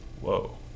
Whoa